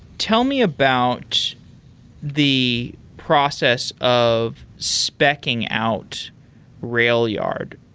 tell me about the process of specking out railyard.